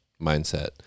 mindset